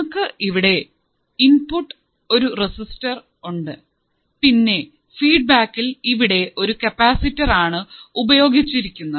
നമുക്ക് ഇവിടെ ഇൻപുട്ടിൽ ഒരു റെസിസ്റ്റർ ഉണ്ട് പിന്നെ ഫീഡ് ബാക്കിൽ ഇവിടെ ഒരു കപ്പാസിറ്റർ ആണ് ഉപയോഗിച്ചിരിക്കുന്നത്